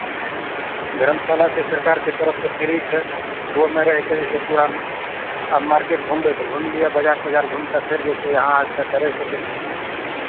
धर्मशाला छै सरकारके तरफसँ फ्री छै ओहोमे रहि कऽ जे छै पूरा अहाँ मार्केट घुमबै तऽ घुमि लिअ बजार तजार घुमि कऽ फेर जे छै अहाँ आबि कऽ एतय रहि सकै छी